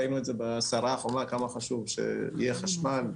ראינו את זה בסערה האחרונה כמה חשוב שיהיה חשמל,